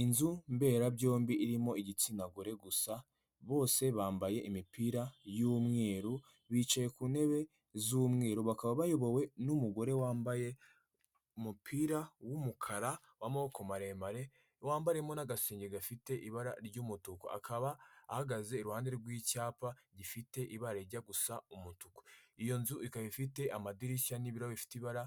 Inzu mbera byombi irimo igitsina gore gusa bose bambaye imipira y'umweru bicaye ku ntebe z'umweru bakaba bayobowe n'umugore wambaye umupira w'umukara w'amoboko maremare wambayemo n'agashinnge gafite ibara ry'umutuku akaba ahagaze iruhande rw'icyapa gifite ibarajya gusa umutuku iyo nzu ikaba ifite amadirishya n'ibirahu bifite ibara